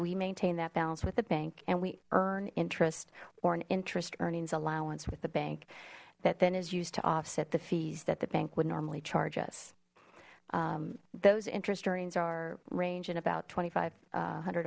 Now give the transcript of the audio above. we maintain that balance with the bank and we earn interest or an interest earnings allowance with the bank that then is used to offset the fees that the bank would normally charge us those interest earnings are range in about twenty five hundred